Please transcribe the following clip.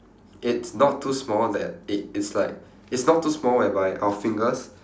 it's not too small that it is like it's not too small whereby our fingers